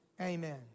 Amen